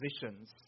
positions